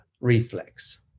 reflex